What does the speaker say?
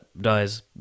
dies